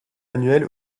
annuel